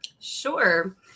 Sure